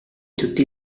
tutti